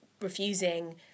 refusing